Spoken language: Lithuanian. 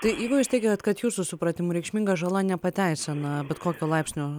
tai jeigu jūs teigiat kad jūsų supratimu reikšminga žala nepateisina bet kokio laipsnio